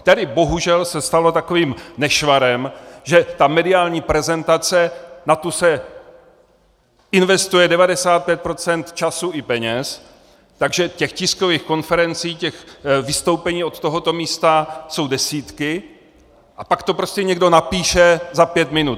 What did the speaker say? Tady bohužel se stalo takovým nešvarem, že ta mediální prezentace, na tu se investuje 95 % času i peněz, takže těch tiskových konferencí, těch vystoupení od tohoto místa jsou desítky, a pak to prostě někdo napíše za pět minut.